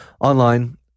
online